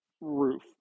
roof